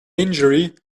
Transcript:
injury